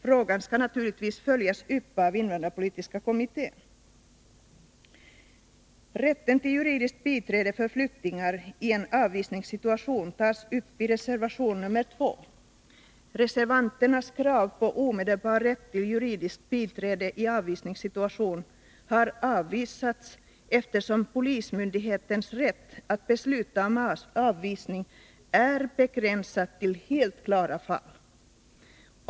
Frågan skall naturligtvis följas upp av invandrarpolitiska kommittén. Rätten till juridiskt biträde för flyktingar i en avvisningssituation tas upp i reservation nr 2. Reservanternas krav på omedelbar rätt till juridiskt biträde i avvisningssituation har avvisats, eftersom polismyndighetens rätt att besluta om avvisning är begränsad till helt klara fall.